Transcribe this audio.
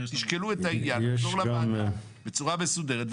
תשקלו את העניין ותחזרו לוועדה בצורה מסודרת,